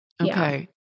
Okay